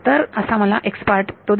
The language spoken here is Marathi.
तर असा मला x पार्ट तो देईल